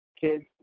kids